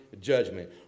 judgment